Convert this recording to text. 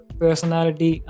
personality